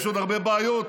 יש עוד הרבה בעיות,